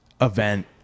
event